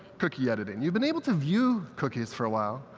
cookie editing. you've been able to view cookies for a while,